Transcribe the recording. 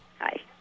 Hi